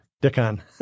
Dickon